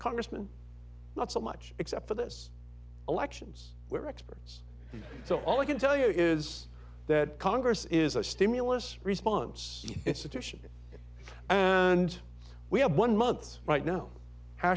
congressman not so much except for this elections where experts so all i can tell you is that congress is a stimulus response it situation and we have one month right now h